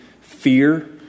fear